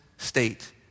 state